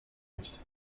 nicht